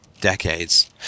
decades